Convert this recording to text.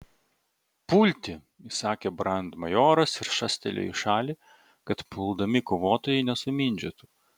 pulti įsakė brandmajoras ir šastelėjo į šalį kad puldami kovotojai nesumindžiotų